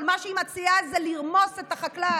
אבל מה שהיא מציעה זה לרמוס את החקלאי,